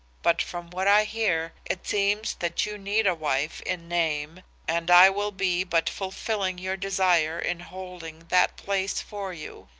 but from what i hear, it seems that you need a wife in name and i will be but fulfilling your desire in holding that place for you.